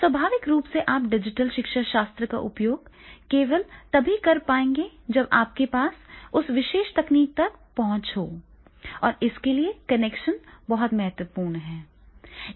स्वाभाविक रूप से आप डिजिटल शिक्षाशास्त्र का उपयोग केवल तभी कर पाएंगे जब आपके पास उस विशेष तकनीक तक पहुंच हो और इसके लिए कनेक्शन बहुत महत्वपूर्ण हों